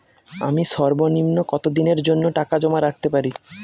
আমি সর্বনিম্ন কতদিনের জন্য টাকা জমা রাখতে পারি?